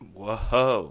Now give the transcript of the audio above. whoa